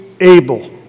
able